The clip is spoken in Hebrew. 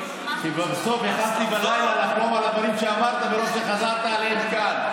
ובסוף יכולתי בלילה לחלום על הדברים שאמרת מרוב שחזרת עליהם כאן.